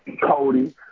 Cody